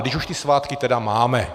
Když už ty svátky tedy máme.